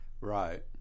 right